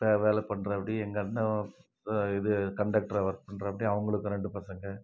வேறு வேலை பண்ணுறாப்புடி எங்கள் அண்ணன் இது கண்டெக்ட்ராக ஒர்க் பண்ணுறாப்புடி அவங்களுக்கும் ரெண்டு பசங்க